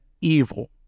evil